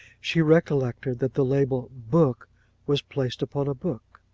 she recollected that the label book was placed upon a book,